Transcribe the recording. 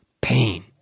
pain